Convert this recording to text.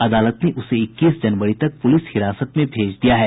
अदालत ने उसे इक्कीस जनवरी तक पुलिस हिरासत में भेज दिया गया है